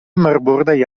marbordaj